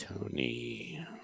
Tony